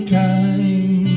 time